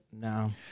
no